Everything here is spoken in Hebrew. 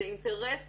זה אינטרס